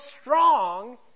strong